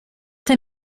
der